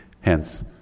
Hence